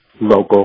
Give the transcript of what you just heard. local